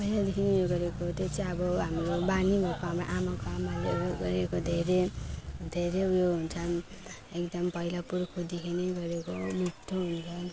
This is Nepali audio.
पहिलादेखि नै उयो गरेको त्यो चाहिँ अब हाम्रो बानी भएको हाम्रो आमाको आमाले उयो गरेको धेरै धेरै उयो हुन्छ एकदम पहिला पुर्खौँदेखि नै गरेको मिठो हुन्छ